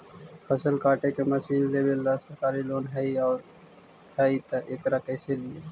फसल काटे के मशीन लेबेला सरकारी लोन हई और हई त एकरा कैसे लियै?